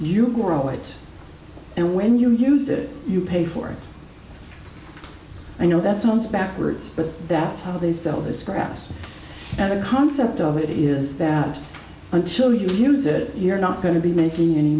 correlate and when you use it you pay for i know that sounds backwards but that's how they sell this grass and the concept of it is that until you use it you're not going to be making any